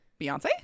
Beyonce